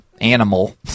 animal